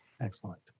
Excellent